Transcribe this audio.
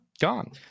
gone